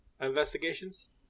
investigations